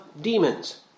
demons